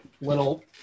little